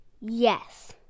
Yes